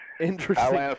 interesting